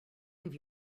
give